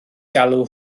galw